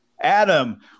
Adam